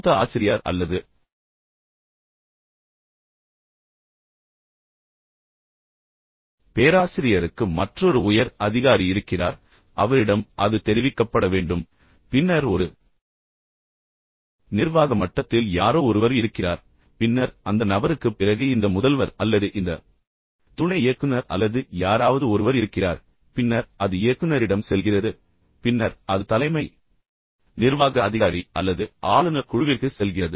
மூத்த ஆசிரியர் அல்லது பேராசிரியருக்கு மற்றொரு உயர் அதிகாரி இருக்கிறார் அவரிடம் அது தெரிவிக்கப்பட வேண்டும் பின்னர் ஒரு நிர்வாக மட்டத்தில் யாரோ ஒருவர் இருக்கிறார் பின்னர் அந்த நபருக்குப் பிறகு இந்த முதல்வர் அல்லது இந்த துணை இயக்குநர் அல்லது யாராவது ஒருவர் இருக்கிறார் பின்னர் அது இயக்குநரிடம் செல்கிறது பின்னர் அது தலைமை நிர்வாக அதிகாரி அல்லது ஆளுநர் குழுவிற்கு செல்கிறது